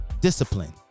discipline